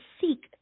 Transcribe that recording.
seek